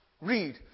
Read